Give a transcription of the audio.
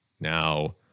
Now